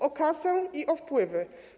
O kasę i o wpływy.